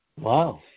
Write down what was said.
Wow